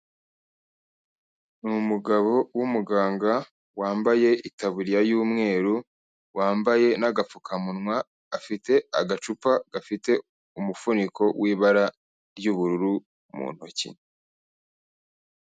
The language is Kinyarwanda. Ni umugabo w'umuganga, wambaye ikaburiya y'umweru, wambaye n'agapfukamunwa, afite agacupa gafite umufuniko w'ibara ry'ubururu mu ntoki.